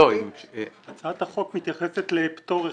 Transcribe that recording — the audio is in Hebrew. הצעת החוק מתייחסת לפטור-החזר.